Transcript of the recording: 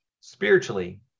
spiritually